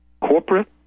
corporate